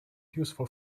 useful